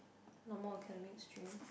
normal academic stream